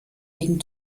wegen